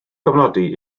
gofnodi